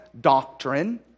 doctrine